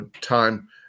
time